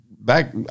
back